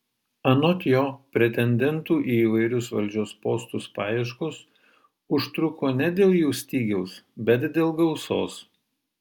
anot jo pretendentų į įvairius valdžios postus paieškos užtruko ne dėl jų stygiaus bet dėl gausos